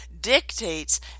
dictates